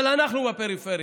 אבל אנחנו בפריפריה,